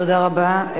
תודה רבה.